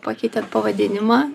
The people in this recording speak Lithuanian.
pakeitėt pavadinimą